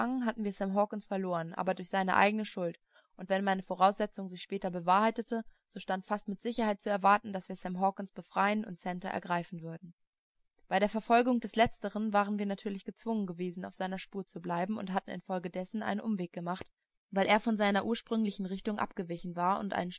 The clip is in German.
hatten wir sam hawkens verloren aber durch seine eigene schuld und wenn meine voraussetzung sich später bewahrheitete so stand fast mit sicherheit zu erwarten daß wir sam hawkens befreien und santer ergreifen würden bei der verfolgung des letzteren waren wir natürlich gezwungen gewesen auf seiner spur zu bleiben und hatten infolgedessen einen umweg gemacht weil er von seiner ursprünglichen richtung abgewichen war und einen